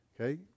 Okay